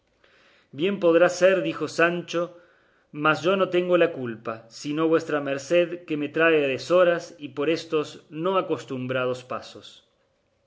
bien podrá ser dijo sancho mas yo no tengo la culpa sino vuestra merced que me trae a deshoras y por estos no acostumbrados pasos